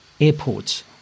airports